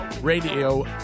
Radio